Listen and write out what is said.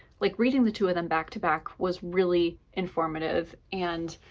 like, reading the two of them back-to-back was really informative. and